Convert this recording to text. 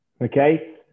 Okay